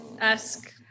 esque